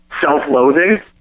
self-loathing